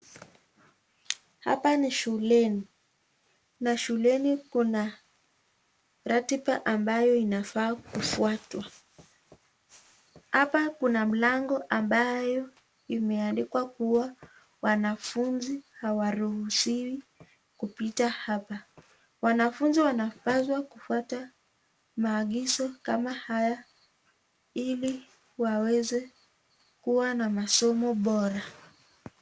Hapa ni shuleni, na shuleni kuna ratiba inafaa kufwatwa. Hapa kuna mlango ambayo imeadikwa kuwa wanafunzi kawaruhusiwi kupita hapa. Wanafunzi wanapazwa kufuata maagizo kama haya ili waweze kuwa na masomo bora.